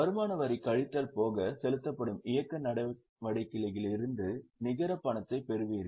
வருமான வரி கழித்தல் போக செலுத்தப்படும் இயக்க நடவடிக்கைகளிலிருந்து நிகர பணத்தைப் பெறுவீர்கள்